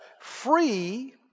free